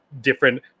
different